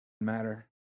matter